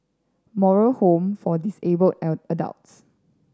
Moral Home for Disabled Adults